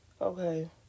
Okay